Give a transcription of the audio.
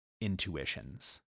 intuitions